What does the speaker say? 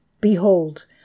Behold